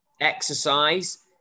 exercise